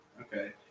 Okay